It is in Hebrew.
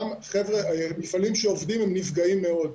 גם מפעלים שעובדים נפגעים מאוד.